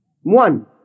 One